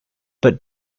but